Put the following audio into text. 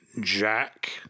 Jack